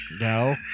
no